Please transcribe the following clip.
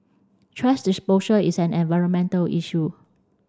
thrash disposal is an environmental issue